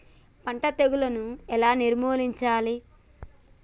పంట తెగులుని ఎలా నిర్మూలించాలి?